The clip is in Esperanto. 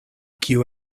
kiu